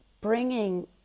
bringing